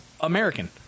American